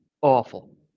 awful